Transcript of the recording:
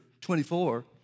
24